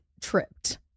tripped